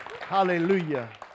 Hallelujah